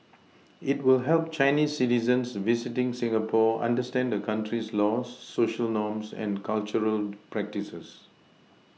it will help Chinese citizens visiting Singapore understand the country's laws Social norms and cultural practices